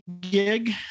gig